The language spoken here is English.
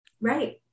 Right